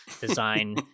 design